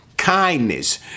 kindness